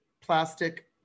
plastic